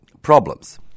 problems